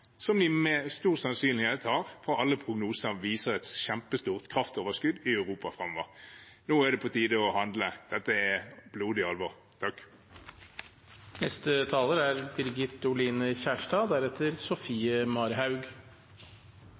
som de med stor sannsynlighet har, for alle prognoser viser et kjempestort kraftunderskudd i Europa framover. Nå er det på tide å handle, dette er blodig alvor. Bakteppet for energipolitikken er